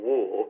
War